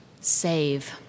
save